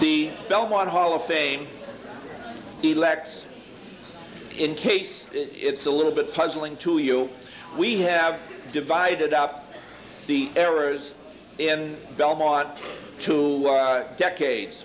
the belmont hall of fame the lex in case it's a little bit puzzling to you we have divided up the errors in belmont two decades